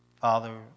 Father